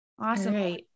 Awesome